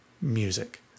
music